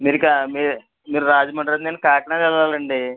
మీరిక మీరు రాజమండ్రి అయితే నేను కాకినాడ వెళ్ళాలండి